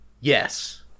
Yes